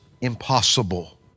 impossible